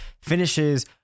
finishes